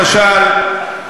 למשל,